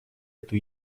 эту